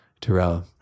Terrell